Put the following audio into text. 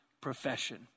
profession